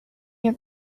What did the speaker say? your